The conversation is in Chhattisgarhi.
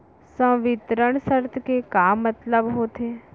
संवितरण शर्त के का मतलब होथे?